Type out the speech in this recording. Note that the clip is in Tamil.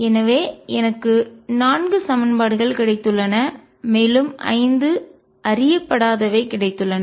எனவே எனக்கு நான்கு சமன்பாடுகள் கிடைத்துள்ளன மேலும் ஐந்து அறியப்படாதவை கிடைத்துள்ளன